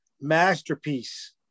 masterpiece